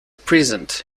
present